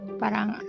parang